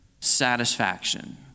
satisfaction